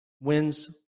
Wins